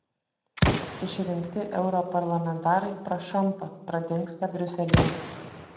išrinkti europarlamentarai prašampa pradingsta briuselyje